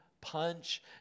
punch